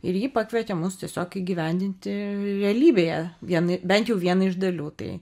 ir jį pakvietė mus tiesiog įgyvendinti realybėje vienai bent jau vienai iš dalių tai